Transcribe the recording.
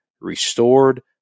restored